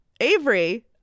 Avery